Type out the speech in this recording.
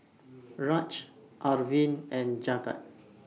Raj Arvind and Jagat